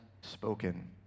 spoken